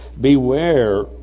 beware